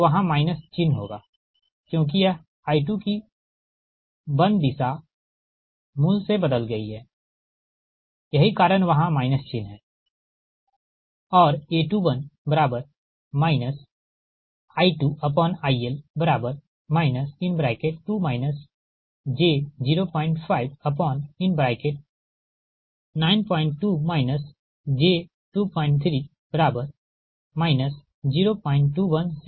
तो वहाँ माइनस चिन्ह होगा क्योंकि यह I2 की बंद दिशा मूल से बदल गई है यही कारण वहाँ माइनस चिन्ह है और A21 I2IL 2 j0592 j23 02174